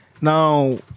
now